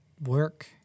work